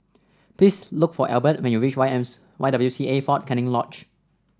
please look for Elbert when you reach Y Y W C A Fort Canning Lodge